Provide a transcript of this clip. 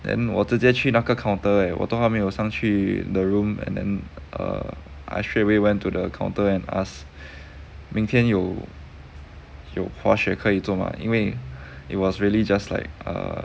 then 我直接去那个 counter eh 我都还没有上去 the room and then err I straight away went to the counter and ask 明天有有滑雪也可以做吗因为 it was really just like err